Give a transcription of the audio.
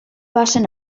bazen